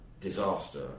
disaster